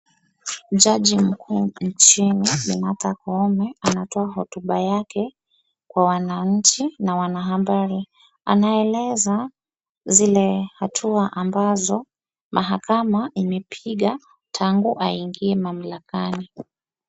Jaji mkuu nchini bi Martha Koome anatoa hotuba yake kwa wananchi na wanahabari. Anaeleza zile hatua ambazo mahakama imepiga tangi aingie mamlakani.